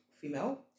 female